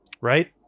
Right